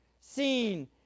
seen